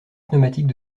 pneumatique